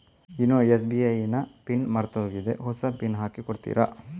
YONO SBI ನ PIN ಮರ್ತೋಗಿದೆ ಹೊಸ ಪಿನ್ ಹಾಕಿ ಕೊಡ್ತೀರಾ?